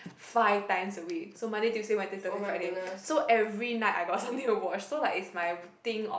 five times a week so Monday Tuesday Wednesday Thursday Friday so every night I got something to watch so like is my thing of